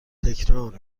تکرار